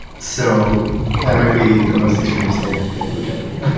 so that might be the most extreme statement that you'll get out of me